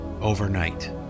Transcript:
overnight